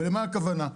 ולמה הכוונה?